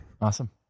Awesome